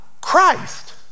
Christ